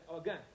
Again